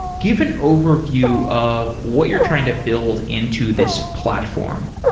give an overview of what you're trying to build into this platform.